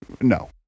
no